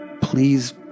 please